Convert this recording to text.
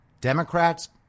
Democrats